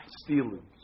stealing